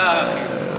זה החיוך.